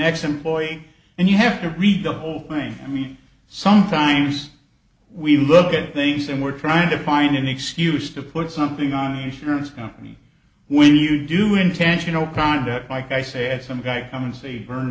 ex employee and you have to read the whole time i mean sometimes we look at things and we're trying to find an excuse to put something on the insurance company when you do intentional conduct like i said some guy come and say burn